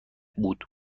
بود